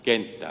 dem